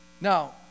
Now